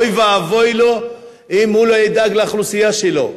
אוי ואבוי לו אם הוא לא ידאג לאוכלוסייה שלו.